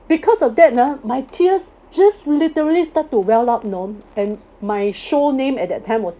because of that ah my tears just literally start to well up you know and my show name at that time was